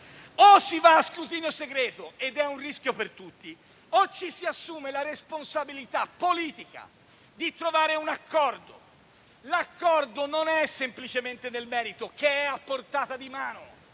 o si va a scrutinio segreto - ed è un rischio per tutti - o ci si assume la responsabilità politica di trovare un accordo. L'accordo non è semplicemente nel merito, che è a portata di mano,